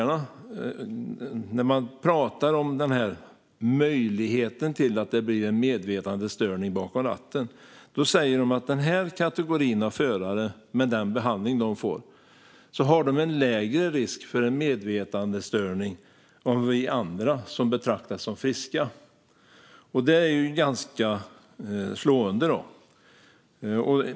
När man talar om risken för en medvetandestörning bakom ratten säger läkarna att denna kategori förare med den behandling de får löper en lägre risk för medvetandestörning än vi andra, som betraktas som friska. Det är ganska slående.